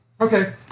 Okay